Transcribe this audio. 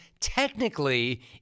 technically